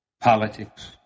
politics